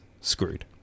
screwed